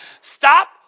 stop